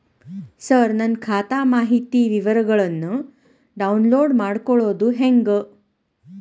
ಸರ ನನ್ನ ಖಾತಾ ಮಾಹಿತಿ ವಿವರಗೊಳ್ನ, ಡೌನ್ಲೋಡ್ ಮಾಡ್ಕೊಳೋದು ಹೆಂಗ?